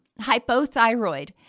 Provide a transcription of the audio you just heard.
Hypothyroid